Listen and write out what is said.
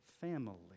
family